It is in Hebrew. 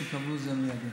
שיקבלו את זה מיידי.